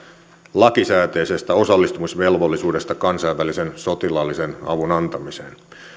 lakisääteisestä osallistumisvelvollisuudesta kansainvälisen sotilaallisen avun antamiseen